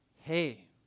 hey